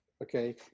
okay